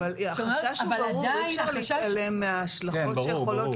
אבל החשש הוא ברור אי אפשר להתעלם מההשלכות שיכולות